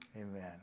Amen